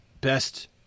best